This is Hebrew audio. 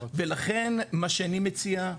ולכן מה שאני מציע,